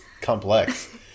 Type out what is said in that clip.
complex